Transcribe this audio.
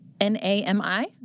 N-A-M-I